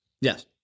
Yes